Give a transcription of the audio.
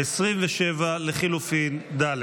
27 לחלופין ד'.